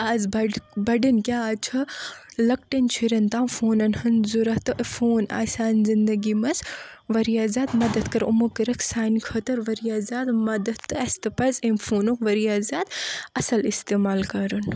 آز بڑ بڑیٚن کیاہ آز چھِ لۄکٹٮ۪ن شُریٚن تام فونن ہُند ضوٚرتھ تہٕ فون آسہٕ ہن زِنٛدگی منٛز وارِیاہ زیادٕ مدد کران یِمو کٔرکھ سانہِ خٲطرٕ وارِیاہ زیادٕ مدد تہٕ اسہِ تہِ پزِ امہِ فونُک وارِیاہ زیادٕ اصل استعمال کرُن